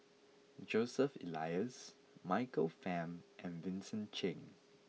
Joseph Elias Michael Fam and Vincent Cheng